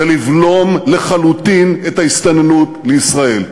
זה לבלום לחלוטין את ההסתננות לישראל.